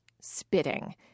spitting